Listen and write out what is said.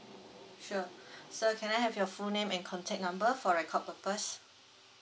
sure so can I have your full name and contact number for record purpose